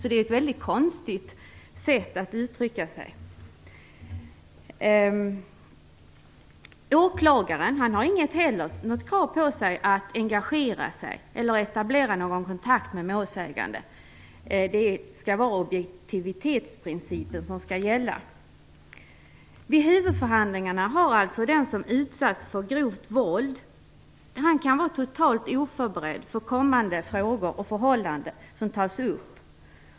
Det är ett väldigt konstigt sätt att uttrycka sig. Åklagaren har inte heller något krav på sig att engagera sig eller etablera någon kontakt med målsägande. Det är objektivitetsprincipen som skall gälla. Vid huvudförhandlingarna kan alltså den som har utsatts för grovt våld vara totalt oförberedd för kommande frågor och förhållanden som tas upp.